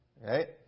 right